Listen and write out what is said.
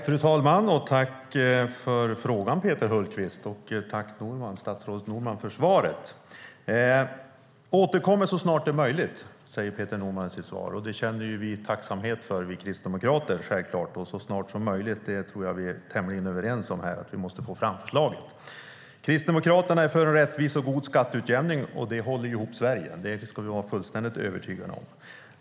Fru talman! Jag tackar Peter Hultqvist för frågan och Peter Norman för svaret. Jag återkommer så snart som möjligt, säger Peter Norman i sitt svar, och det känner vi kristdemokrater självklart tacksamhet för. Att vi måste få fram förslaget så fort som möjligt tror jag att vi är tämligen överens om här. Att Kristdemokraterna är för en rättvis och god skatteutjämning och att det håller ihop Sverige ska vi vara fullständigt övertygade om.